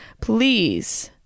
Please